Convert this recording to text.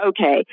okay